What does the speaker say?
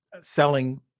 selling